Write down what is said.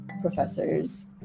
professors